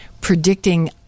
predicting